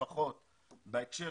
בסופן,